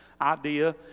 idea